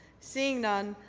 seeing none,